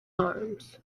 arms